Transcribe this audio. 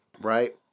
right